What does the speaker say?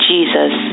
Jesus